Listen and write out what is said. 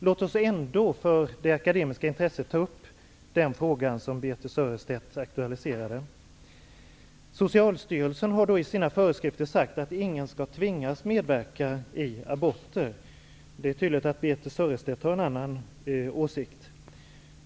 Låt oss ändå för det akademiska intressets skull ta upp den fråga som Birthe Sörestedt aktualiserade. Socialstyrelsen har i sina föreskrifter sagt att ingen skall tvingas medverka vid aborter. Det är tydligt att Birthe Sörestedt har en annan åsikt.